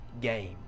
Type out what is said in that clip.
game